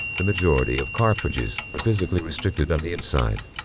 the majority of cartridges are physically restricted on the inside,